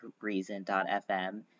Reason.fm